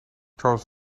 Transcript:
charles